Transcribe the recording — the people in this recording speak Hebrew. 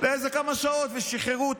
לכמה שעות ושחררו אותם.